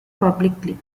publicly